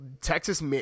Texas